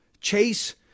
chase